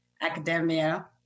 academia